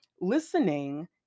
listening